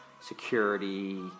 security